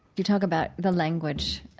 you talk about the language.